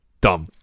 dumb